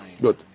good